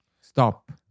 Stop